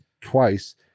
twice